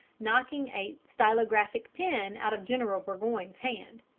knocking a stylographic pen out of general burgoyne's hand.